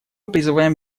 призываем